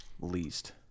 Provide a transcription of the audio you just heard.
Least